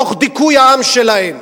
תוך דיכוי העם שלהם.